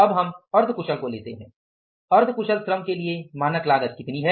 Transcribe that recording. अब हम अर्ध कुशल को लेते है अर्ध कुशल श्रम के लिए मानक लागत कितनी है